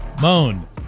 Moan